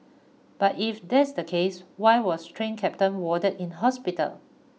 but if that's the case why was train captain warded in hospital